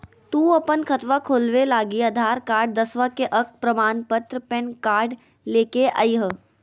तू अपन खतवा खोलवे लागी आधार कार्ड, दसवां के अक प्रमाण पत्र, पैन कार्ड ले के अइह